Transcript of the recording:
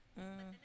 mm